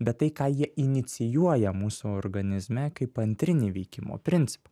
bet tai ką jie inicijuoja mūsų organizme kaip antrinį veikimo principą